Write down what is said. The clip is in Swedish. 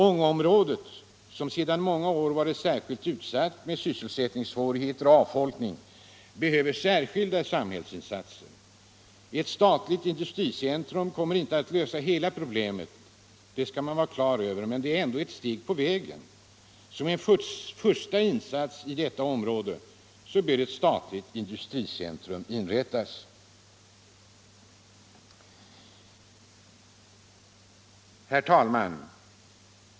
Ångeområdet, som sedan många år varit särskilt utsatt med sysselsättningssvårigheter och avfolkning, behöver ”särskilda samhällsinsatser”. Ett statligt industricentrum kommer inte att lösa hela problemet — det skall man vara på det klara med —- men det är ändå ett steg på vägen. Som en första insats i detta område bör ett statligt industricentrum inrättas. Herr talman!